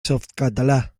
softcatalà